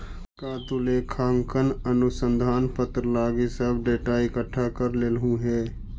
का तु लेखांकन अनुसंधान पत्र लागी सब डेटा इकठ्ठा कर लेलहुं हे?